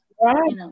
Right